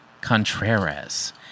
Contreras